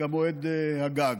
כמועד הגג.